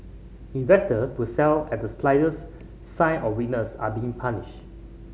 investor who sell at the slightest sign of weakness are being punished